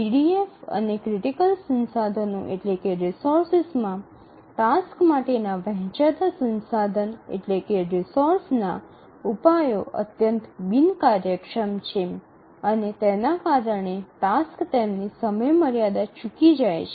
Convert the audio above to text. EDF અને critical સંસાધનો માં ટાસ્ક માટેના વહેચાતાં સંસાધન ના ઉપાયો અત્યંત બિનકાર્યક્ષમ છે અને તેના કારણે ટાસક્સ તેમની સમયમર્યાદા ચૂકી જાય છે